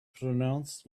pronounced